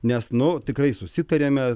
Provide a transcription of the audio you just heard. nes nu tikrai susitarėme